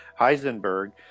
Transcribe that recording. Heisenberg